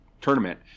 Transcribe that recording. tournament